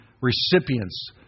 recipients